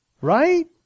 Right